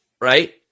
right